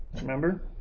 Remember